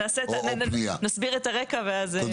נסביר את הרקע ואז...